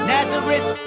Nazareth